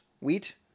wheat